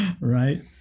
Right